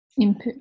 input